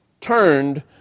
turned